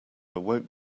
awoke